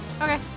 okay